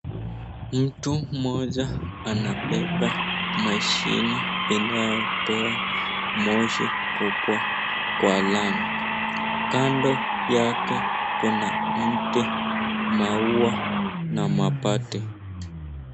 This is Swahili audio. Mtu mmoja anabeba mashini inayotoa moshi kubwa kwa lami. Kando yake kuna mti, maua na mabati.